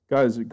Guys